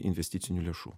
investicinių lėšų